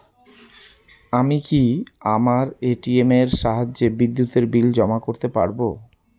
আমি কি আমার এ.টি.এম এর সাহায্যে বিদ্যুতের বিল জমা করতে পারব?